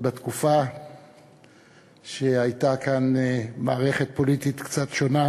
עוד בתקופה שהייתה כאן מערכת פוליטית קצת שונה